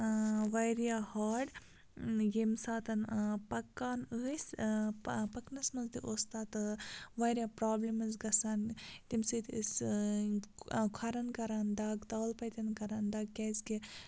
واریاہ ہاڈ ییٚمہِ ساتہٕ پَکان ٲسۍ پَکنَس منٛز تہِ اوس تَتھ واریاہ پرٛابلِمٕز گَژھان تَمہِ سۭتۍ ٲسۍ کھۄرن کَران دَگ تَلہٕ پَتٮ۪ن کَران دَگ کیٛازِکہِ